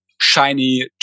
shiny